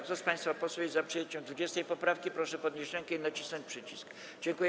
Kto z państwa posłów jest za przyjęciem 20. poprawki, proszę podnieść rękę i nacisnąć przycisk.